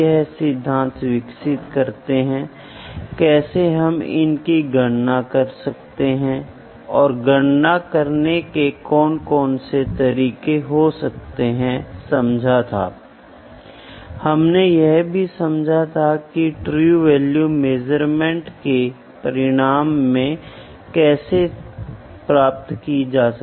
इसलिए यदि हमको एक नया पार्ट या एक प्रोडक्ट उत्पादित करना है पहली चीज जो उत्पादन के बाद हमको करनी है जो भी हम अपने मन में सोच रहे थे या कागज पर रख रहे थे हमको मेजर और वैलिडेट करना चाहिए जोकि अभी तक उत्पादित नहीं हुआ है